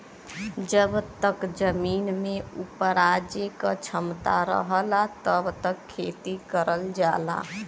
जब तक जमीन में उपराजे क क्षमता रहला तब तक खेती करल जाला